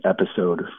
episode